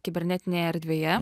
kibernetinėje erdvėje